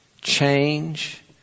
change